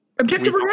Objective